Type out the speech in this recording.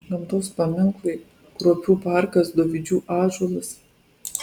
gamtos paminklai kruopių parkas dovydžių ąžuolas